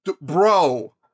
Bro